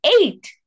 eight